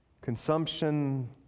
consumption